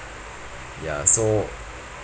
ya so